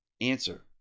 Answer